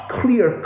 clear